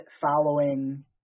following